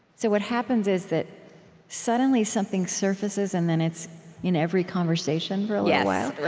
so what happens is that suddenly, something surfaces, and then it's in every conversation for a little while.